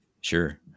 sure